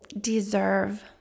deserve